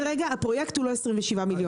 הפרויקט הוא לא 27 מיליון,